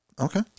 Okay